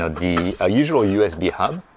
ah the ah usual usb hub